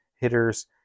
hitters